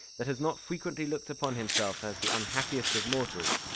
that has not frequently looked upon himself as the unhappiest of mortals,